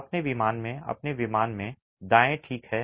अपने विमान में अपने विमान में दाएं ठीक है